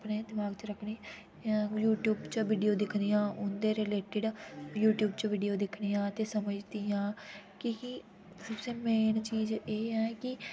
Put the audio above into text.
अपने दिमाग च रक्खनी जां यूट्यूब चा वीडियो दिक्खनी आं उं'दे रिलेटेड यूट्यूब च वीडियो दिक्खनी आं समझदी आं कि कि सब तों मेन चीज एह् ऐ कि